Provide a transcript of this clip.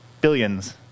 billions